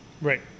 Right